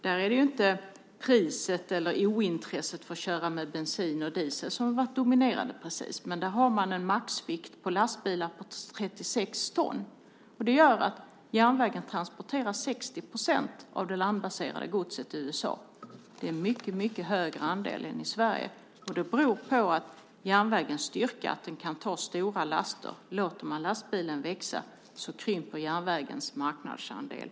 Där är det inte priset eller ointresset för att köra med bensin och diesel som har varit dominerande. Men man har en maxvikt på 36 ton för lastbilar. Det gör att järnvägen transporterar 60 procent av det landbaserade godset i USA. Det är en mycket större andel än i Sverige, och det beror på järnvägens styrka, nämligen att den kan ta stora laster. Låter man lastbilen växa krymper järnvägens marknadsandel.